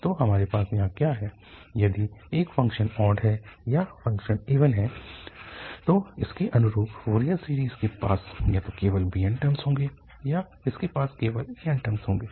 तो हमारे पास यहाँ क्या है यदि एक फ़ंक्शन ऑड है या फ़ंक्शन इवन है तो इसके अनुरूप फोरियर सीरीज़ के पास या तो केवल bn टर्मस होंगे या इसके पास केवल anटर्मस होंगे